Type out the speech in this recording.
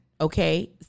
Okay